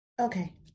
Okay